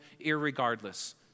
irregardless